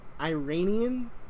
Iranian